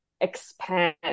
expand